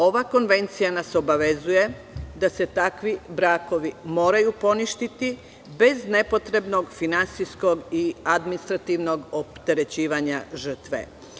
Ova konvencija nas obavezuje da se takvi brakovi moraju poništiti, bez nepotrebnog finansijskog i administrativnog opterećivanja žrtve.